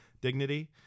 Dignity